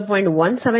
0327 j 0